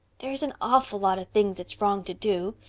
there's an awful lot of things it's wrong to do,